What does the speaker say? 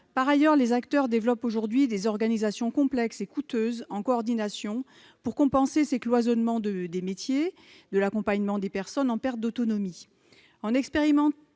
Par ailleurs, les acteurs développent aujourd'hui des organisations complexes et coûteuses en coordination pour compenser ce cloisonnement des métiers de l'accompagnement des personnes en perte d'autonomie.